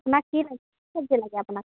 আপোনাক কি লাগে কি চবজি লাগে আপোনাক